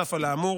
נוסף על האמור,